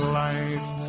life